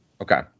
Okay